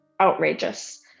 outrageous